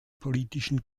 politischen